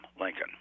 Lincoln